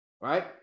right